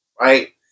right